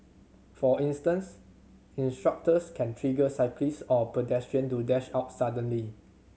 for instance instructors can trigger cyclists or pedestrian to dash out suddenly